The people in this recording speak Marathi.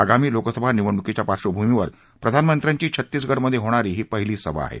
आगामी लोकसभा निवडणुकीच्या पार्बभूमीवर प्रधानमंत्र्यांची छत्तीसगढ मध्ये होणारी ही पहिलीच सभा आहे